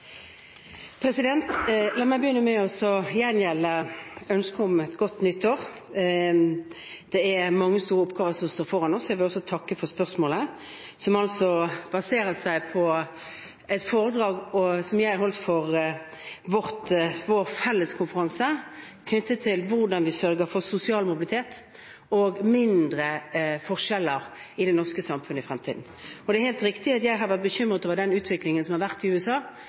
søndag? La meg begynne med å gjengjelde ønsket om et godt nytt år. Det er mange store oppgaver som står foran oss. Jeg vil også takke for spørsmålet, som altså baserer seg på et foredrag som jeg holdt for vår felleskonferanse knyttet til hvordan vi sørger for sosial mobilitet og mindre forskjeller i det norske samfunn i fremtiden. Det er helt riktig at jeg har vært bekymret over den utviklingen som har vært i USA